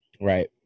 Right